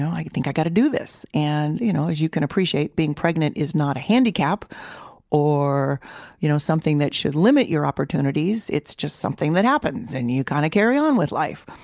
i think i got to do this, and you know as you can appreciate, being pregnant is not a handicap or you know something that should limit your opportunities. it's just something that happens, and you kind of carry on with life.